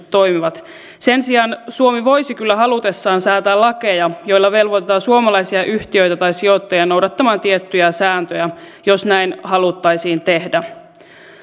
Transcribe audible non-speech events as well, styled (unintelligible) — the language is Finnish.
(unintelligible) toimivat sen sijaan suomi voisi kyllä halutessaan säätää lakeja joilla velvoitetaan suomalaisia yhtiöitä tai sijoittajia noudattamaan tiettyjä sääntöjä jos näin haluttaisiin tehdä